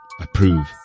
approve